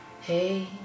Hey